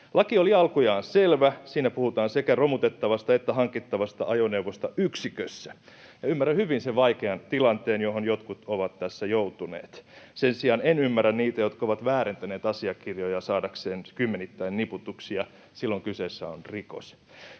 Laki oli alkujaan selvä. Siinä puhutaan sekä romutettavasta että hankittavasta ajoneuvosta yksikössä. Ymmärrän hyvin sen vaikean tilanteen, johon jotkut ovat tässä joutuneet. Sen sijaan en ymmärrä niitä, jotka ovat väärentäneet asiakirjoja saadakseen kymmenittäin niputuksia. Silloin kyseessä on rikos.